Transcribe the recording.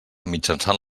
mitjançant